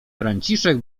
franciszek